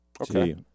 Okay